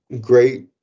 great